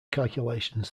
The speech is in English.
calculations